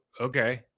okay